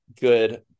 good